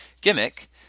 gimmick